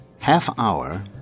half-hour